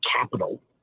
capital